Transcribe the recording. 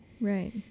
Right